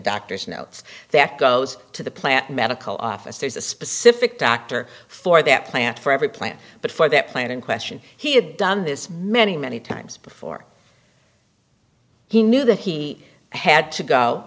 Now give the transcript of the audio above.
doctor's notes that goes to the plant medical office there's a specific doctor for that plant for every plant but for that plant in question he had done this many many times before he knew that he had to go